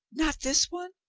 not this one?